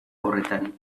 horretan